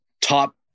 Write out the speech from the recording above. top